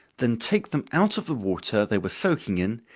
then take them out of the water they were soaking in,